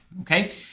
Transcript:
okay